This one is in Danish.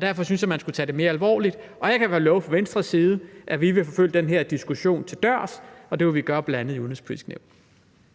Derfor synes jeg, at man skulle tage det mere alvorligt. Og jeg kan godt love, at vi fra Venstres side vil følge den her diskussion til dørs, og det vil vi bl.a. gøre i Det